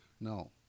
No